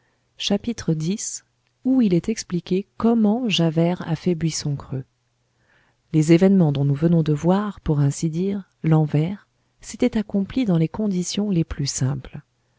chapitre x où il est expliqué comment javert a fait buisson creux les événements dont nous venons de voir pour ainsi dire l'envers s'étaient accomplis dans les conditions les plus simples